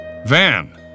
Van